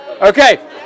Okay